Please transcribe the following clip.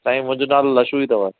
साईं मुंहिंजो नालो लक्ष्मी अथव